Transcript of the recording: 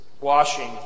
washing